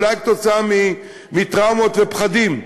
אולי כתוצאה מטראומות ופחדים,